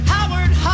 Howard